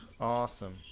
awesome